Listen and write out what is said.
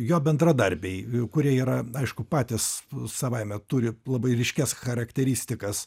jo bendradarbiai kurie yra aišku patys savaime turi labai ryškias charakteristikas